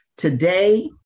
Today